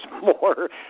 more